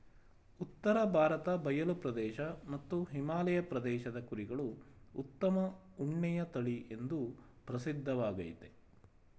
ಉತ್ತರ ಭಾರತ ಬಯಲು ಪ್ರದೇಶ ಮತ್ತು ಹಿಮಾಲಯ ಪ್ರದೇಶದ ಕುರಿಗಳು ಉತ್ತಮ ಉಣ್ಣೆಯ ತಳಿಎಂದೂ ಪ್ರಸಿದ್ಧವಾಗಯ್ತೆ